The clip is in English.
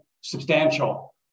substantial